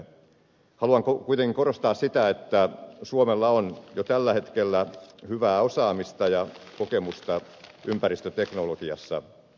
haluan kuitenkin korostaa sitä että suomella on jo tällä hetkellä hyvää osaamista ja kokemusta ympäristöteknologiassa